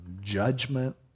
judgment